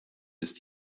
ist